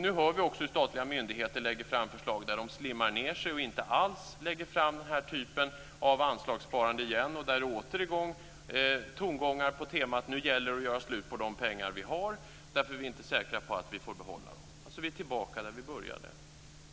Nu hör vi också hur statliga myndigheter lägger fram förslag där de så att säga slimmar ned sig och inte alls lägger fram den här typen av anslagssparande igen, och det är återigen tongångar på temat att det nu gäller att göra slut på de pengar man har därför att man inte är säker på att få behålla dem. Vi är alltså tillbaka där vi började.